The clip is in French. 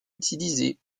utilisée